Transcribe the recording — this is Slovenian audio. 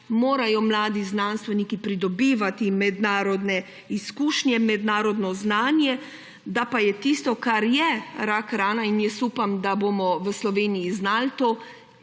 morajo mladi znanstveniki pridobivati mednarodne izkušnje, mednarodno znanje. Da pa je tisto, kar je rak rana – in jaz upam, da bomo v Sloveniji znali te